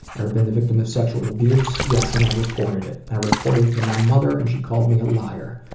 ever been the victim of sexual abuse? yes, and i reported it. i reported it to my mother and she called me a liar.